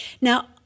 Now